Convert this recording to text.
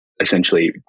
essentially